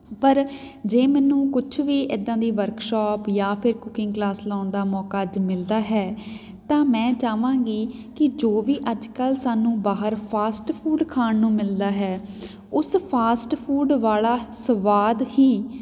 ਪਰ ਜੇ ਮੈਨੂੰ ਕੁਛ ਵੀ ਇੱਦਾਂ ਦੀ ਵਰਕਸ਼ੋਪ ਜਾਂ ਫਿਰ ਕੁਕਿੰਗ ਕਲਾਸ ਲਗਾਉਣ ਦਾ ਮੌਕਾ ਜੇ ਮਿਲਦਾ ਹੈ ਤਾਂ ਮੈਂ ਚਾਹਵਾਂਗੀ ਕਿ ਜੋ ਵੀ ਅੱਜ ਕੱਲ੍ਹ ਸਾਨੂੰ ਬਾਹਰ ਫਾਸਟ ਫੂਡ ਖਾਣ ਨੂੰ ਮਿਲਦਾ ਹੈ ਉਸ ਫਾਸਟ ਫੂਡ ਵਾਲਾ ਸਵਾਦ ਹੀ